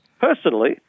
Personally